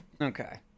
Okay